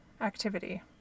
activity